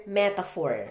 metaphor